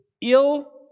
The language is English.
ill